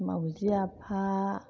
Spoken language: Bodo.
मावजि आफा